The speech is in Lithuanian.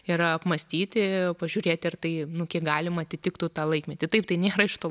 yra apmąstyti pažiūrėti ar tai nu kiek galima atitiktų tą laikmetį taip tai nėra iš to